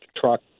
truck